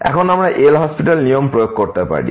এবং এখন আমরা LHospital নিয়ম প্রয়োগ করতে পারি